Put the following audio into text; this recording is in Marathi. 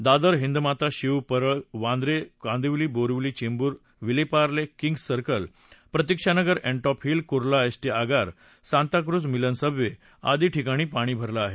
दादर हिंदमाता शीव परळ वांद्रे कांदिवली बोरीवली चेंबूर विलेपाले किंग्ज सर्कल प्रतीक्षानगर अच्छॉप हिल कुर्ला एसटी आगार सांताक्रुझ मिलन सबवे आदी ठिकाणी पाणी भरलं आहे